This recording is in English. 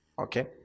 Okay